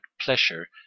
pleasure